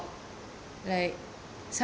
like